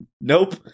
nope